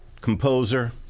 composer